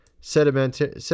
sedimentary